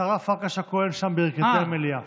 השרה פרקש הכהן שם, בירכתי המליאה.